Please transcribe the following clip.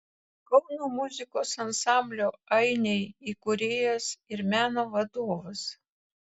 kauno muzikos ansamblio ainiai įkūrėjas ir meno vadovas